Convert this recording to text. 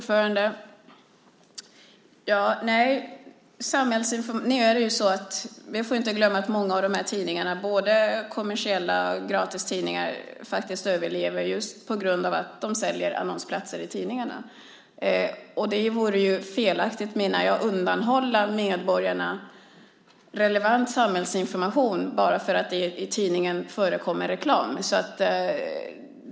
Fru talman! Vi får inte glömma att många av de här tidningarna, även kommersiella gratistidningar, faktiskt överlever just på grund av att de säljer annonsplatser i tidningarna. Det vore felaktigt, menar jag, att undanhålla medborgarna relevant samhällsinformation bara för att det i tidningen förekommer reklam.